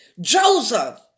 Joseph